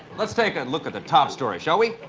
let's take a look at the top story, shall we?